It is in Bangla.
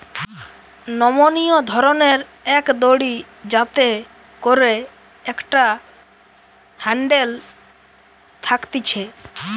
নমনীয় ধরণের এক দড়ি যাতে করে একটা হ্যান্ডেল থাকতিছে